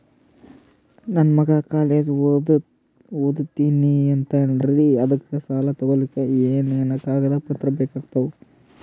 ನನ್ನ ಮಗ ಕಾಲೇಜ್ ಓದತಿನಿಂತಾನ್ರಿ ಅದಕ ಸಾಲಾ ತೊಗೊಲಿಕ ಎನೆನ ಕಾಗದ ಪತ್ರ ಬೇಕಾಗ್ತಾವು?